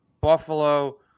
Buffalo